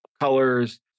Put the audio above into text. colors